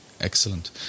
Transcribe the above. Excellent